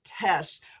tests